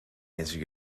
answer